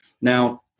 Now